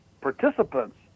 participants